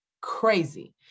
crazy